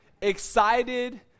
excited